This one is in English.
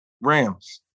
Rams